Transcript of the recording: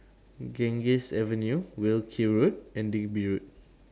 Ganges Avenue Wilkie Road and Digby Road